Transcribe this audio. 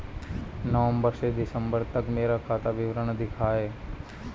नवंबर से दिसंबर तक का मेरा खाता विवरण दिखाएं?